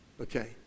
okay